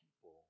people